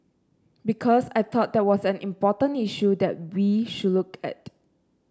because I thought that was an important issue that we should look at